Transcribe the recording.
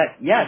yes